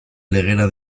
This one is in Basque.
legera